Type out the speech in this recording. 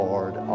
Lord